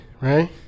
right